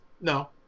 no